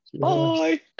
bye